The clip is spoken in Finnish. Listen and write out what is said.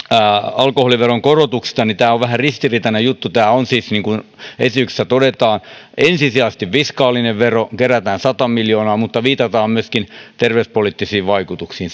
alkoholiveron korotuksesta tämä on vähän ristiriitainen juttu tämä siis on niin kuin esityksessä todetaan ensisijaisesti fiskaalinen vero jolla kerätään sata miljoonaa mutta viitataan myöskin terveyspoliittisiin vaikutuksiin